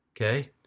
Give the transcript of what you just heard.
okay